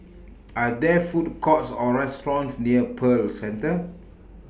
Are There Food Courts Or restaurants near Pearl Centre